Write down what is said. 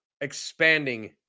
expanding